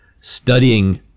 studying